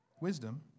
wisdom